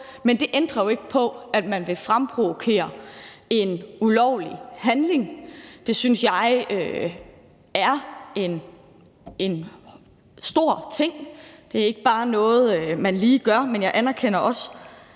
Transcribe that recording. Men det ændrer jo ikke på, at man vil fremprovokere en ulovlig handling. Det synes jeg er en stor ting. Det er ikke bare noget, man lige gør. Men jeg anerkender også,